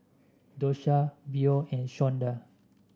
Dosha Beau and Shawnda